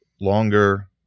longer